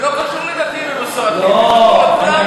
זה לא קשור לדתיים ומסורתיים, זה קשור לכולנו.